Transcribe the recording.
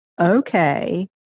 okay